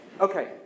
Okay